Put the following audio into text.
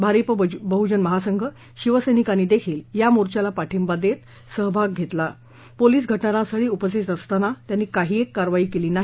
भारिप बहूजन महासंघ शिवसैनिकांनी देखील या मोर्चाला पाठींबा देत मोर्चात सहभाग घेतला पोलीस घटनास्थळी उपस्थित असतांना त्यांनी काही एक कारवाई केली नाही